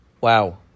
Wow